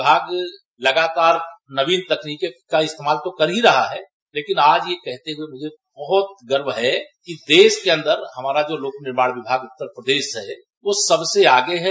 विभाग लगातार नवीन तकनीकी का इस्तेमाल तो कर ही रहा है लेकिन आज यह कहते हुए बहुत गर्व है कि देश के अन्दर हमारा लो लोक निर्माण विभाग उत्तर प्रदेश है वह सबसे आगे है